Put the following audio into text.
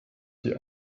die